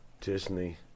Disney